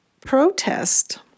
protest